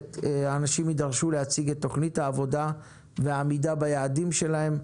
אנשים יידרשו להציג את תוכנית העבודה והעמידה ביעדים שלהם,